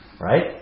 Right